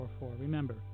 Remember